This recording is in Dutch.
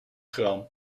gram